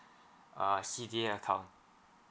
uh C_D_A account